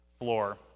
floor